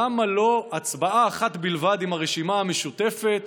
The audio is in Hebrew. למה לא הצבעה אחת בלבד עם הרשימה המשותפת?